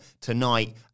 tonight